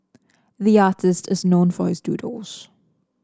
the artist is known for his doodles